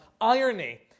irony